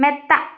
മെത്ത